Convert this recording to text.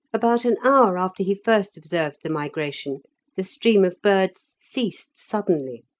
about an hour after he first observed the migration the stream of birds ceased suddenly.